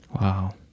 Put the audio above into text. Wow